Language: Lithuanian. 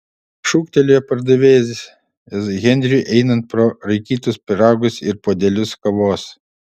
šūktelėjo pardavėjas henriui einant pro raikytus pyragus ir puodelius kavos